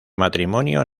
matrimonio